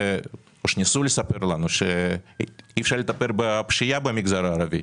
ניסו לספר לנו שאי אפשר לטפל בפשיעה במגזר הערבי,